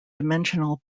dimensional